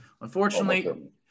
Unfortunately